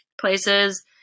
places